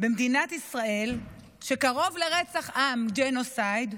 במדינת ישראל שקרוב לרצח עם, ג'נוסייד,